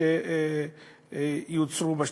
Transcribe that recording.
שיוצרה בשטחים.